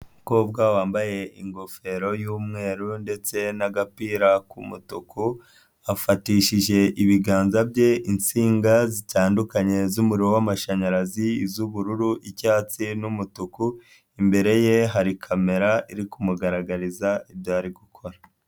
Umukobwa wambaye ingofero y'umweru ndetse n'agapira k'umutuku, afatishije ibiganza bye insinga zitandukanye, z'umuriro w'amashanyarazi z'ubururu icyatsi n'umutuku. Imbere ye hari kamera iri kumugaragariza, ibyari gukora.